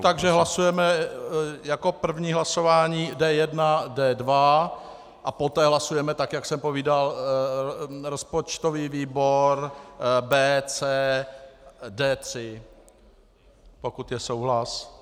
Takže hlasujeme jako první hlasování D1, D2 a poté hlasujeme tak, jak jsem povídal: rozpočtový výbor B, C, D3, pokud je souhlas.